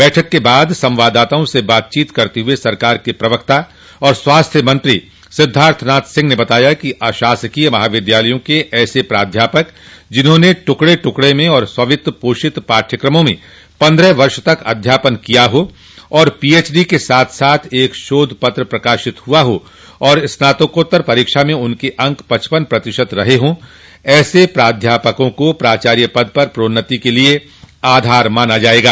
बैठक के बाद संवाददताओं से बातचीत करते हुए सरकार के प्रवक्ता और स्वास्थ्य मंत्री सिद्धार्थनाथ सिंह ने बताया कि अशासकीय महाविद्यालयों के ऐसे प्राध्यापक जिन्होंने टुकड़े टुकड़े में और स्ववित्त पोषित पाठ्यक्रमों में पन्द्रह वर्ष तक अध्यापन किया हो और पीएचडी के साथ साथ एक शोध पत्र प्रकाशित हुआ हो और स्नाकोत्तर परीक्षा में उनके अंक पचपन प्रतिशत रहे हो ऐसे प्राध्यापकों को प्राचार्य पद पर प्रोन्नत के लिए आधार माना जायेगा